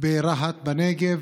ברהט בנגב,